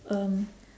um